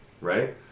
right